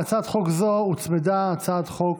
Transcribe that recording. להצעת חוק זו הוצמדה הצעת חוק